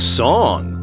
song